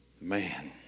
Man